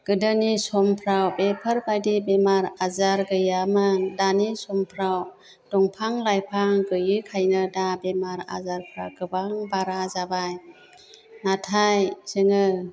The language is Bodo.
गोदोनि समफ्राव बेफोरबादि बेमार आजार गैयामोन दानि समफ्राव दंफां लाइफां गोयिखायनो दा बेमार आजारफ्रा गोबां बारा जाबाय नाथाय जोङो